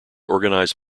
organise